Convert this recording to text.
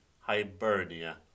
Hibernia